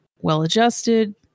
well-adjusted